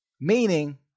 meaning